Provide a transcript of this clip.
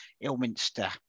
Ilminster